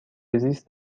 زیست